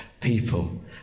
people